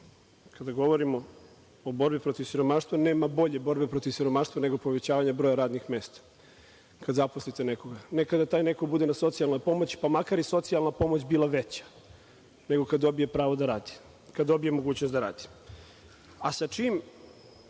kada govorimo o borbi protiv siromaštva, nema bolje borbe protiv siromaštva nego povećavanje broja radnih mesta, kada zaposlite nekoga. Nekada taj neko bude na socijalno pomoći, pa makar i socijalna pomoć bila veća, nego kada dobije pravo da radi, kada dobije mogućnost da radi. Sa čime